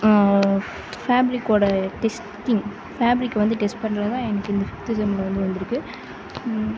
ஃபேப்ரிக்கோட testing fabric வந்து test பண்ணுறதுதான் எனக்கு இந்த ஃபிவ்த் செம்மில் வந்து வந்திருக்கு